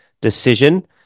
decision